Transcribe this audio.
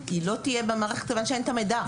היא לא תהיה במערכת כיוון שאין את המידע.